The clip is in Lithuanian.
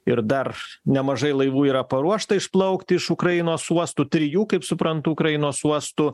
ir dar nemažai laivų yra paruošta išplaukti iš ukrainos uostų trijų kaip suprantu ukrainos uostų